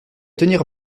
tenir